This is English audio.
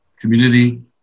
community